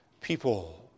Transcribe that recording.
people